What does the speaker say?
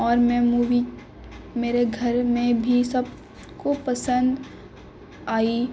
اور میں مووی میرے گھر میں بھی سب کو پسند آئی